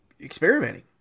experimenting